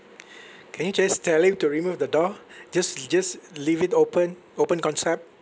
can you just tell him to remove the door just just leave it open open concept